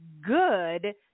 good